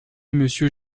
monsieur